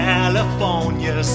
California